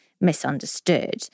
misunderstood